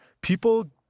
people